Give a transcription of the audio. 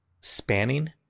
spanning